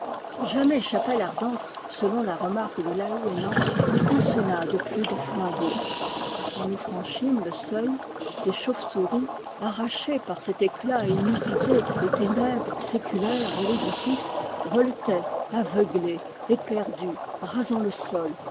jamais chapelle ardente selon la remarque de laouénan n'étincela de plus de flambeaux quand nous franchîmes le seuil des chauves-souris arrachées par cet éclat inusité aux ténèbres séculaires de l'édifice voletaient aveuglées éperdues rasant le sol